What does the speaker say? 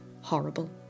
horrible